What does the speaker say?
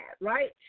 right